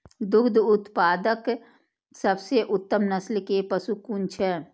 दुग्ध उत्पादक सबसे उत्तम नस्ल के पशु कुन छै?